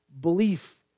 belief